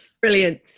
Brilliant